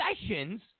Sessions